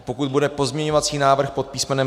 Pokud bude pozměňovací návrh pod písm.